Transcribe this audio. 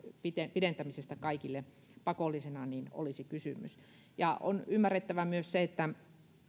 pidentämisessä kaikille pakollisena olisi kysymys on ymmärrettävä myös se että